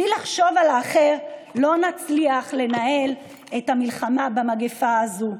בלי לחשוב על האחר לא נצליח לנהל את המלחמה במגפה הזאת.